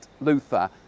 Luther